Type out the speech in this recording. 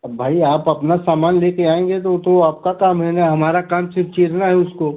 अब भाई आप अपना सामान ले कर आएँगे तो वो तो आपका काम है ना हमारा काम सिर्फ़ चीरना है उसको